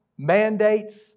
mandates